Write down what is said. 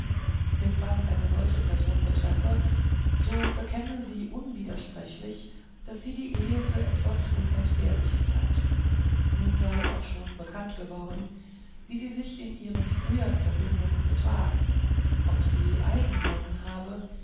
denn was eine solche person betreffe so bekenne sie unwidersprechlich daß sie die ehe für etwas unentbehrliches halte nun sei auch schon bekannt geworden wie sie sich in ihren frühern verbindungen betragen ob sie eigenheiten habe